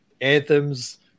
anthems